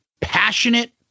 Passionate